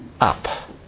up